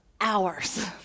hours